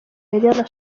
niger